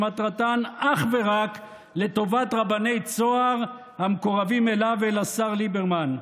שמטרתן אך ורק לטובת רבני צהר המקורבים אליו ואל השר ליברמן.